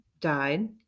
died